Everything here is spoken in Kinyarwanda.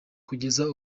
kugeza